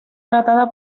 tratada